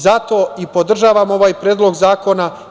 Zato i podržavam ovaj Predlog zakona.